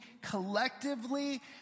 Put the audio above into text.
collectively